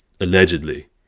Allegedly